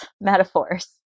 metaphors